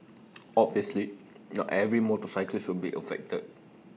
obviously not every motorcyclist will be affected